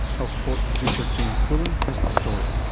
health report producer james bullen has the story.